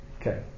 Okay